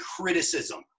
criticism